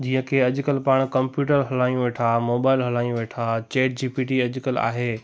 जीअं की अॼुकल्ह पाण कंप्यूटर हलायूं वेठा मोबाइल हलायूं वेठा चेट जीपीटी अॼुकल्ह आहे